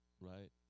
right